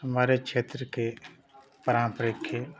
हमारे क्षेत्र के पारंपरिक खेलों